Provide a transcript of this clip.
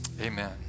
amen